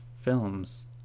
films